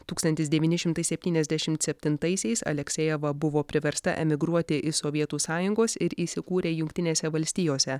tūkstantis devyni šimtai septyniasdešimt septintaisiais aleksejeva buvo priversta emigruoti iš sovietų sąjungos ir įsikūrė jungtinėse valstijose